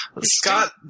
Scott